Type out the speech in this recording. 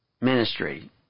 ministry